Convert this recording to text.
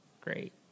great